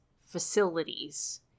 facilities